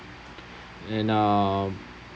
and uh